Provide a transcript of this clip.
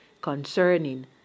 concerning